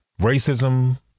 Racism